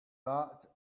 lot